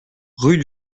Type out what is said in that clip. rue